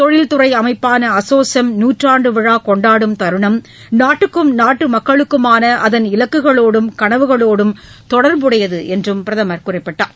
தொழில்துறை அமைப்பான அசோசெம் நூற்றாண்டு விழா கொண்டாடும் தருணம் நாட்டுக்கும் நாட்டு மக்களுக்குமான அதன் இலக்குகளோடும் கனவுகளோடும் தொடர்புடையது என்று அவர் குறிப்பிட்டார்